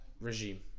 regime